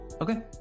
okay